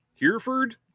Hereford